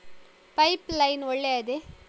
Pipe line ಒಳ್ಳೆಯದೇ?